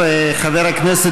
חבר הכנסת